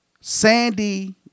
sandy